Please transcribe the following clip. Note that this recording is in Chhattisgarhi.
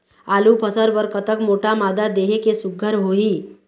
आलू फसल बर कतक मोटा मादा देहे ले सुघ्घर होही?